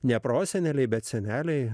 ne proseneliai bet seneliai